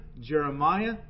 Jeremiah